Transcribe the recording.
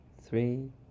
three